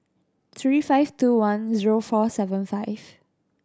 three five two one zero four seven five